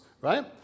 right